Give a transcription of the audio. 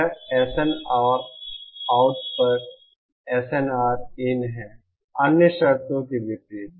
यह SNRout पर SNRin है अन्य शर्तों के विपरीत